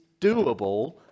doable